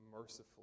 mercifully